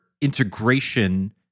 integration